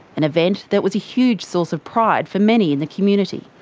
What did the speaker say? an event that was a huge source of pride for many in the community.